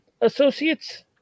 associates